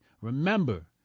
Remember